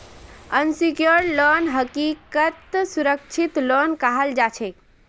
unsecured loan हकीकतत असुरक्षित loan कहाल जाछेक